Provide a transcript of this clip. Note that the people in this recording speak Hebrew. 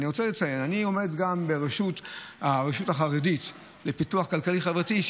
ואני רוצה לציין: אני עומד גם בראשות הרשות החרדית לפיתוח כלכלי-חברתי.